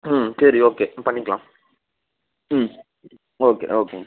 ம் சரி ஓகே பண்ணிக்கலாம் ம் ஓகே ஓகேங்க